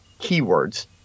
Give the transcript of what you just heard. keywords